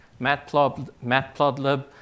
Matplotlib